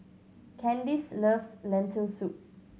Candyce loves Lentil Soup